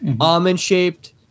Almond-shaped